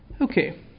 Okay